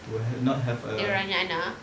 will ha~ not have a